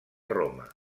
roma